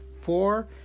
four